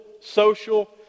social